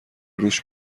رووش